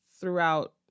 throughout